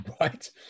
Right